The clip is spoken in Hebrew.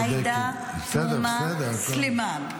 עאידה תומא סלימאן.